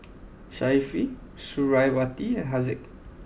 Suriawati and Haziq